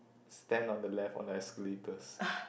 stand on the left on the escalators